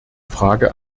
frage